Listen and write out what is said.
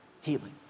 healing